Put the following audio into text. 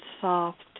soft